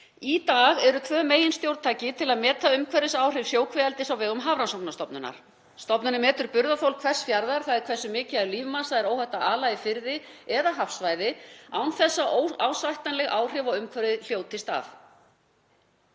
Í dag eru tvö meginstjórntæki til að meta umhverfisáhrif sjókvíaeldis sem eru á ábyrgð Hafrannsóknastofnunar. Stofnunin metur burðarþol hvers fjarðar, þ.e. hversu mikið af lífmassa er óhætt að ala í firði eða hafsvæði án þess að óásættanleg áhrif á umhverfið hljótist af.